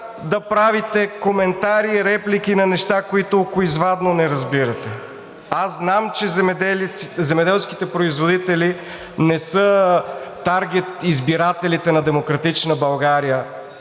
да правите коментари и реплики на неща, които окоизвадно не разбирате. Аз знам, земеделските производители не са таргет избирателите на „Демократична България“,